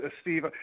Steve